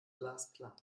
glasklar